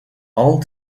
all